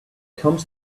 comes